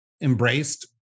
embraced